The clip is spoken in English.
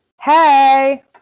hey